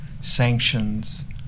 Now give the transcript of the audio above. sanctions